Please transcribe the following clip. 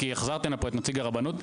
כי החזרתם לפה את נציג הרבנות,